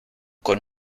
con